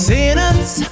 Sinners